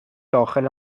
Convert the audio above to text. داخل